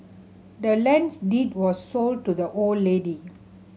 the land's deed was sold to the old lady